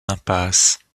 impasse